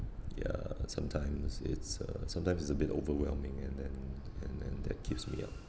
ya sometimes it's uh sometimes it's a bit overwhelming and then and then that keeps me up